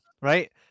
right